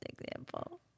example